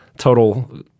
total